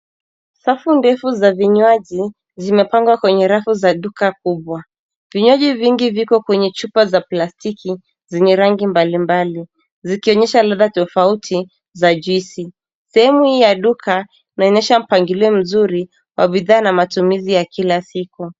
Safu ndefu za vinywaji zimepangwa kwenye rafu za duka kubwa. Vinywaji vingi viko kwenye chupa za plastiki, zenye rangi mbali mbali, zikionyesha ladha tofauti za juisi. Sehemu hii ya duka, inaonyesha mpangilio mzuri, wa bidhaa na matumizi ya kila siku.